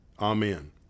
Amen